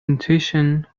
intuition